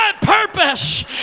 purpose